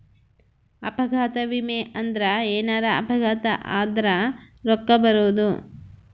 ಅಪಘಾತ ವಿಮೆ ಅಂದ್ರ ಎನಾರ ಅಪಘಾತ ಆದರ ರೂಕ್ಕ ಬರೋದು